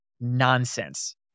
Nonsense